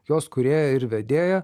jos kurėja ir vedėja